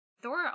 Thor